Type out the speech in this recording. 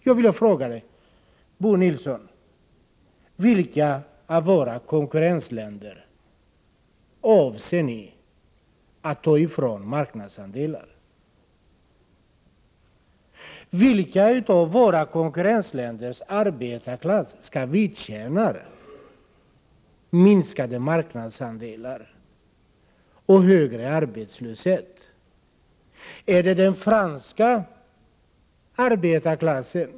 Jag vill då fråga Bo Nilsson: Från vilka av våra konkurrentländer avser ni att ta marknadsandelar? Vilka inom våra konkurrentländers arbetarklass skall vidkännas minskade marknadsandelar och högre arbetslöshet? Är det den franska arbetarklassen?